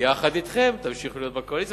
יחד אתכם, תמשיכו להיות בקואליציה.